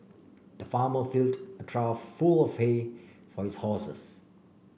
the farmer filled a trough full hay for his horses